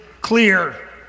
clear